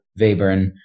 Webern